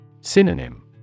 Synonym